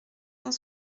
cent